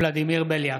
ולדימיר בליאק,